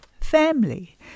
family